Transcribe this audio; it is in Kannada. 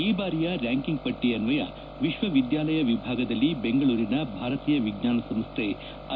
ಈ ಬಾರಿಯ ರ್ನಾಂಕಿಂಗ್ ಪಟ್ಟಿ ಆನ್ವಯ ವಿಶ್ವವಿದ್ಯಾಲಯ ವಿಭಾಗದಲ್ಲಿ ಬೆಂಗಳೂರಿನ ಭಾರತೀಯ ವಿಜ್ಟಾನ ಸಂಸ್ಥೆ ಐ